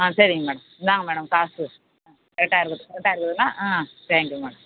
ஆ சரிங்க மேடம் இந்தாங்க மேடம் காசு ஆ கரெக்டாக இருக்குது கரெக்டாக இருக்குதுங்களா ஆ தேங்க் யூ மேடம்